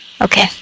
Okay